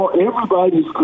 Everybody's